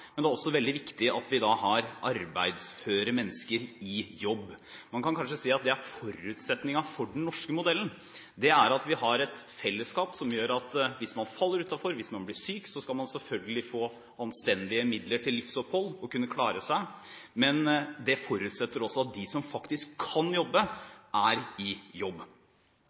men det er også veldig viktig at vi har arbeidsføre mennesker i jobb. Man kan kanskje si at forutsetningen for den norske modellen er at vi har et fellesskap som gjør at hvis man faller utenfor, hvis man blir syk, skal man selvfølgelig få anstendige midler til livsopphold for å kunne klare seg, men det forutsetter at de som faktisk kan jobbe, er i jobb.